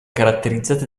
caratterizzate